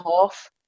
half